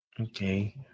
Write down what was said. Okay